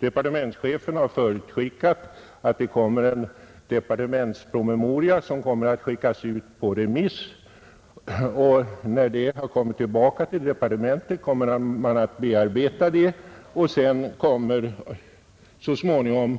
Departementschefen har förutskickat att en departementspromemoria kommer att skickas ut på remiss, och när den har kommit tillbaka till departementet kommer materialet att bearbetas och så småningom riksdagen ta ställning